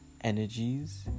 energies